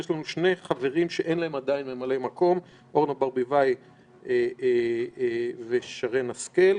יש לנו שני חברים שאין להם עדיין ממלא מקום אורנה ברביבאי ושרן השכל.